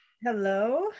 Hello